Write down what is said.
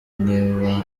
niba